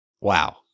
Wow